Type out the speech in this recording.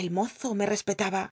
el mozo me respetaba